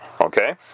Okay